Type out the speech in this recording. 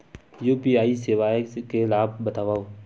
UPI सेवाएं के लाभ बतावव?